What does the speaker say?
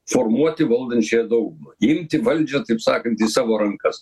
formuoti valdančiąją daugumą imti valdžią taip sakant į savo rankas